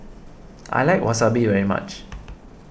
I like Wasabi very much